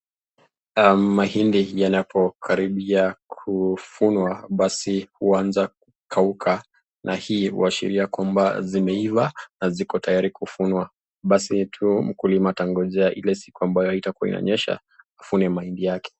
Mahindi inapokaribia kuvuna basi huwa yanakauka. na hii kuashiria kuwa zimeiva na ziko tayari kuvunwa, basi tu mkulima atangojea hile siku itapaka[po nyesha ili avune mahindi yake.